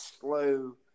slow –